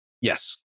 Yes